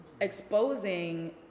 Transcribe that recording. exposing